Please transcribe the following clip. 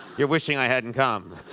you're wishing i hadn't come.